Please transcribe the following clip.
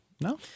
no